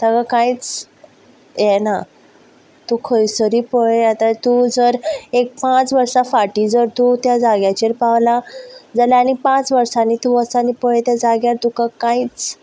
हांगां कांयच हें ना तूं खंयसरय पळय आतां तूं जर एक पांच वर्सां फाटीं जर तूं त्या जाग्याचेर पावला जाल्यार आनी पांच वर्सानी तूं वच आनी पळय तुका त्या जाग्यार कांयच